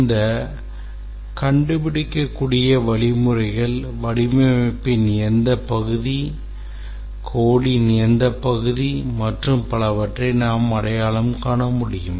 இந்த கண்டுபிடிக்கக்கூடிய வழிமுறைகள் வடிவமைப்பின் எந்த பகுதி codeன் எந்த பகுதி மற்றும் பலவற்றை நாம் அடையாளம் காண முடியும்